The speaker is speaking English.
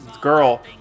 girl